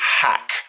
hack